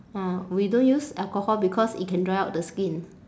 ah we don't use alcohol because it can dry out the skin